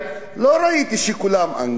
לא ראיתי שכולם אנגלים,